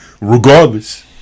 Regardless